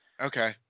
Okay